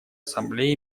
ассамблеи